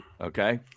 Okay